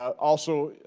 also,